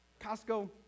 Costco